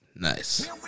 Nice